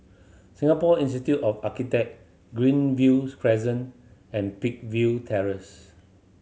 Singapore Institute of Architect Greenviews Crescent and Peakville Terrace